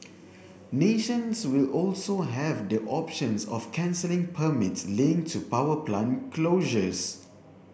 nations will also have the options of cancelling permits linked to power plant closures